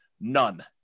None